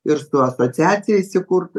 ir su asociacija įsikurt